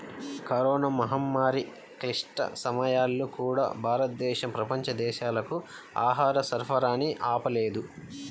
corona మహమ్మారి క్లిష్ట సమయాల్లో కూడా, భారతదేశం ప్రపంచ దేశాలకు ఆహార సరఫరాని ఆపలేదు